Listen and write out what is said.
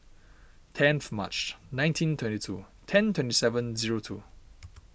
tenth March nineteen twenty two ten twenty seven zero two